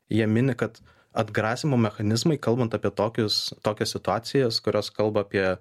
jie mini kad atgrasymo mechanizmai kalbant apie tokius tokias situacijas kurios kalba apie